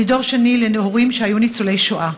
אני דור שני להורים שהיו ניצולי שואה.